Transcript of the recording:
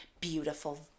beautiful